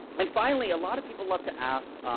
and finally, a lot of people love to ask,